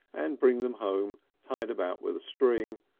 and bring them home tied about with a string,